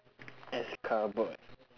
as cowboy